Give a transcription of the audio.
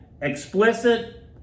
explicit